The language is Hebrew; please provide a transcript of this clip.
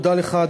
תודה לך,